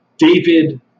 David